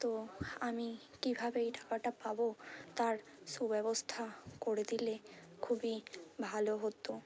তো আমি কীভাবে এই টাকাটা পাবো তার সুব্যবস্থা করে দিলে খুবই ভালো হতো